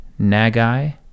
Nagai